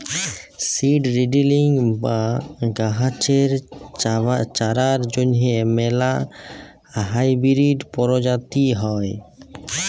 seed drilling বা গাহাচের চারার জ্যনহে ম্যালা হাইবিরিড পরজাতি হ্যয়